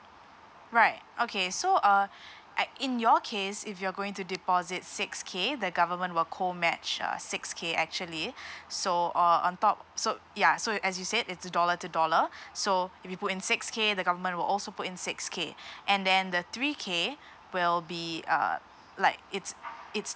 right okay so uh I in your case if you're going to deposit six K the government will co match uh six K actually so uh on top so ya so as it said it's a dollar two dollar so if we put in six K the government will also put in six K and then the three K will be uh like it's it's